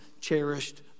cherished